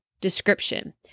description